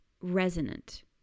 resonant